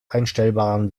einstellbaren